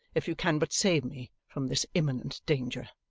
if you can but save me from this imminent danger.